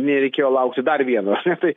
nereikėjo laukti dar vieno ne tai